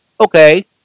okay